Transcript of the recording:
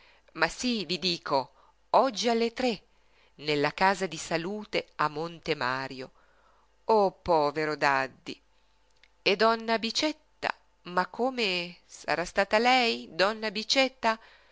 ma sí vi dico oggi alle tre nella casa di salute a monte mario o povero daddi e donna bicetta ma come sarà stata lei donna bicetta